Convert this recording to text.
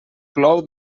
plou